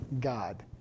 God